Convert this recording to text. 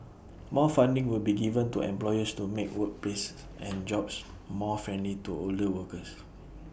more funding will be given to employers to make workplaces and jobs more friendly to older workers